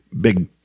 big